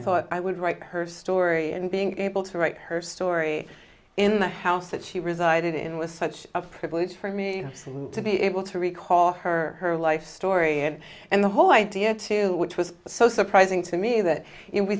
thought i would write her story and being able to write her story in the house that she resided in was such a privilege for me to be able to recall her her life story and and the whole idea to which was so surprising to me that